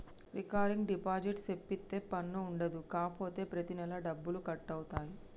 recurring deposit సేపిత్తే పన్ను ఉండదు కాపోతే ప్రతి నెలా డబ్బులు కట్ అవుతాయి